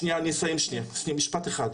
שנייה אני אסיים שנייה, משפט אחד.